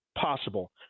possible